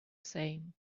same